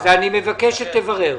אז אני מבקש שתברר.